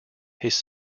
his